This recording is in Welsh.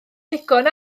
ddigon